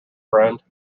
friend